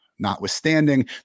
Notwithstanding